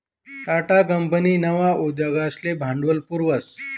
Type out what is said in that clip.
Tata company नवा उद्योगसले भांडवल पुरावस